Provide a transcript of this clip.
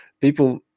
people